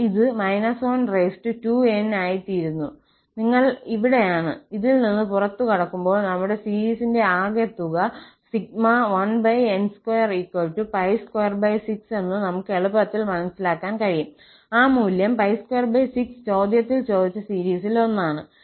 അതിനാൽ ഇത് 12n ആയിത്തീരുന്നു നിങ്ങൾ ഇവിടെയാണ് ഇതിൽ നിന്ന് പുറത്തുകടക്കുമ്പോൾ നമ്മുടെ സീരിസിന്റെ ആകെത്തുക 1n226 എന്ന് നമുക്ക് എളുപ്പത്തിൽ മനസ്സിലാക്കാൻ കഴിയും ആ മൂല്യം 26 ചോദ്യത്തിൽ ചോദിച്ച സീരിസിൽ ഒന്നാണ്